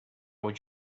would